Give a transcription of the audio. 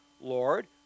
Lord